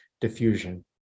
diffusion